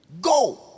go